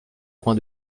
coin